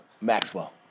Maxwell